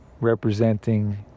representing